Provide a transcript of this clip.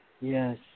Yes